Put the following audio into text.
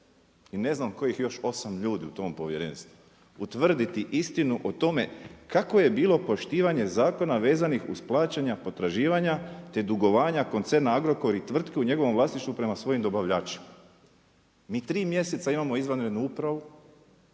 i ne znam kojih još osam ljudi u tom povjerenstvu utvrditi istinu o tome kakvo je bilo poštivanje zakona vezanih uz plaćanja potraživanja, te dugovanja koncerna Agrokor i tvrtki u njegovom vlasništvu prema svojim dobavljačima. Mi tri mjeseca imamo izvanrednu upravu,